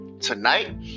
Tonight